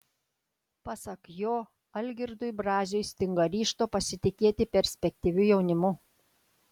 pasak jo algirdui braziui stinga ryžto pasitikėti perspektyviu jaunimu